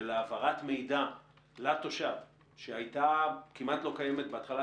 העברת המידע לתושב שהייתה כמעט לא קיימת בהתחלה,